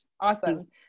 Awesome